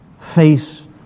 face